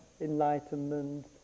enlightenment